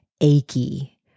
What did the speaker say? achy